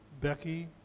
Becky